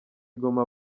ngoma